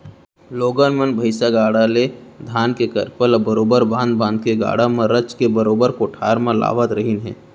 लोगन मन भईसा गाड़ा ले धान के करपा ल बरोबर बांध बांध के गाड़ा म रचके बरोबर कोठार म लावत रहिन हें